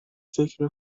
فکر